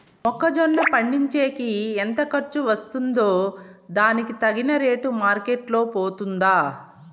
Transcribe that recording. మొక్క జొన్న పండించేకి ఎంత ఖర్చు వస్తుందో దానికి తగిన రేటు మార్కెట్ లో పోతుందా?